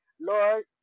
Lord